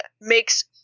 makes